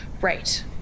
Right